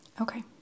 okay